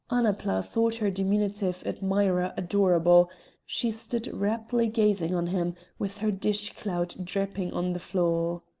annapla thought her diminutive admirer adorable she stood raptly gazing on him, with her dish-clout dripping on the floor.